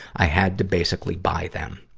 i had to basically buy them.